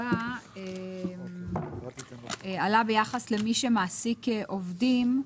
הבא עלה ביחס למי שמעסיק עובדים,